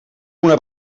una